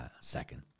second